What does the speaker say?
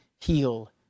heal